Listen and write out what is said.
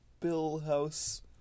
Billhouse